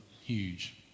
huge